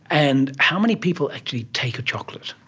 and how many people actually take a chocolate?